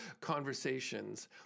conversations